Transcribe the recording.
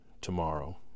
tomorrow